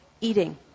eating